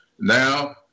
now